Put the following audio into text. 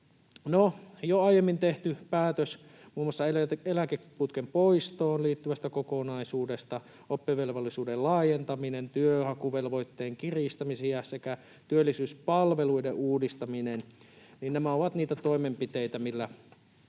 jo aiemmin tehty päätös muun muassa eläkeputken poistoon liittyvästä kokonaisuudesta, oppivelvollisuuden laajentaminen, työnhakuvelvoitteen kiristämiset sekä työllisyyspalveluiden uudistaminen ovat niitä toimenpiteitä, joilla